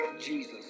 Jesus